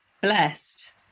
Blessed